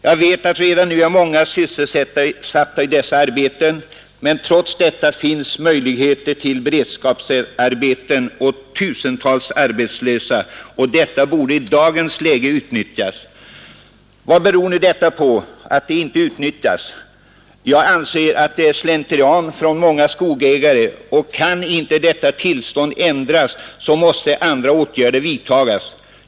Jag vet att redan nu är många sysselsatta i dessa arbeten — men trots detta finns det möjligheter till beredskapsarbeten åt tusentals arbetslösa, och detta borde i dagens läge utnyttjas. Vad beror det nu på att det inte utnyttjas? Jag anser att det är slentrian från många skogsägares sida, och kan inte detta tillstånd ändras måste andra åtgärder vidtagas.